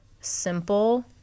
simple